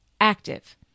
active